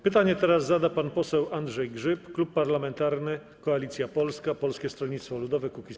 Pytanie teraz zada pan poseł Andrzej Grzyb, Klub Parlamentarny Koalicja Polska - Polskie Stronnictwo Ludowe - Kukiz15.